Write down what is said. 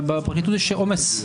אבל בפרקליטות יש עומס,